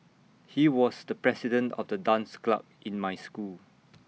he was the president of the dance club in my school